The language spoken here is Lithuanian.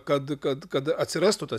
kad kad kad atsirastų tas